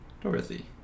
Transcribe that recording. Dorothy